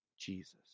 Jesus